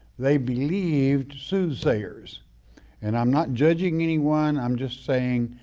they believed soothsayers and i'm not judging anyone, i'm just saying,